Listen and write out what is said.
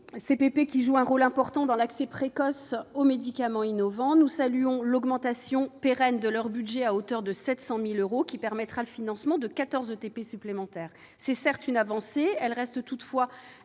(CPP), qui jouent un rôle important dans l'accès précoce aux médicaments innovants. Nous saluons l'augmentation pérenne de leur budget à hauteur de 700 000 euros, qui permettra le financement de 14 équivalents temps plein supplémentaires. C'est une avancée, qui reste toutefois